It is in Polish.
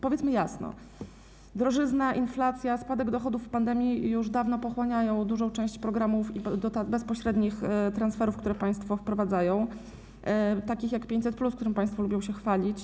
Powiedzmy jasno: drożyzna, inflacja, spadek dochodów w pandemii już dawno pochłaniają dużą część programów i bezpośrednich transferów, które państwo wprowadzają, takich jak 500+, którym państwo lubią się chwalić.